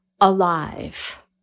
alive